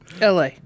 LA